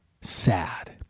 Sad